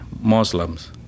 Muslims